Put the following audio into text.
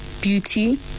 beauty